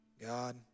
God